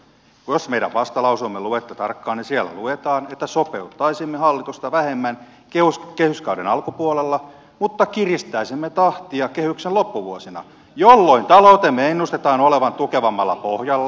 jos meidän vastalauseemme luette tarkkaan niin siellä lukee että sopeuttaisimme hallitusta vähemmän kehyskauden alkupuolella mutta kiristäisimme tahtia kehyksen loppuvuosina jolloin taloutemme ennustetaan olevan tukevammalla pohjalla